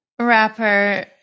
rapper